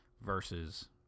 versus